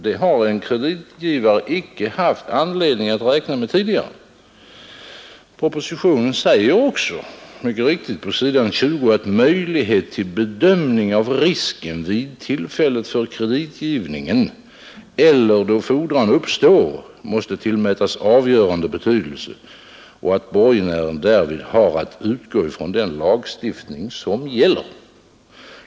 Det har en Fredagen den kreditgivare inte haft anledning att räkna med tidigare. Propositionen 17 december 1971 säger också mycket riktigt på s. 20 att möjlighet till bedömning av risken —— vid tillfället för kreditgivningen eller då fordran uppstår måste tillmätas Ändring i förmånsavgörande betydelse och att borgenären därvid har att utgå från den rättslagen, m.m. lagstiftning som gäller.